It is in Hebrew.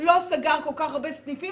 לא סגר כל כך הרבה סניפים,